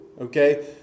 Okay